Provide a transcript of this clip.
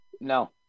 No